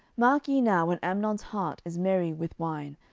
mark ye now when amnon's heart is merry with wine,